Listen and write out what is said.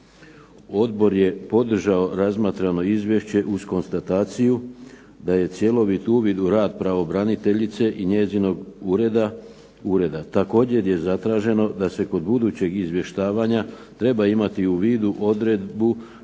Odbor je podržao razmatrano izvješće uz konstataciju da je cjelovit uvid u rad pravobraniteljice i njezinog ureda uredan. Također je zatraženo da se kod budućeg izvještavanja treba imati u vidu odredbu